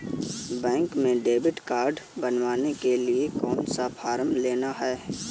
Bank में debit card बनवाने के लिए कौन सा फॉर्म लेना है?